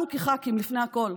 לנו כח"כים, לפני הכול.